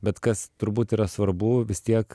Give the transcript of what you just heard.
bet kas turbūt yra svarbu vis tiek